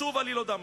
שוב עלילות דם.